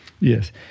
Yes